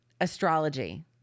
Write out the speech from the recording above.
astrology